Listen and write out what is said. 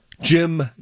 Jim